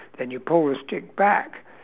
and you pull the stick back